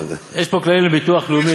יש פה כללים לביטוח לאומי.